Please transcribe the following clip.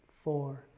four